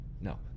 no